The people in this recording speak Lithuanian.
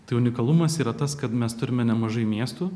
tai unikalumas yra tas kad mes turime nemažai miestų